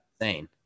insane